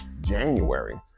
January